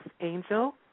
Angel